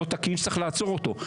לא תקין שצריך לעצור אותו.